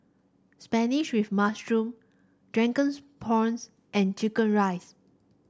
spinach with mushroom drunken's prawns and chicken rice